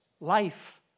life